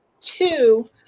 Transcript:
two